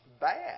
bad